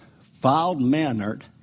foul-mannered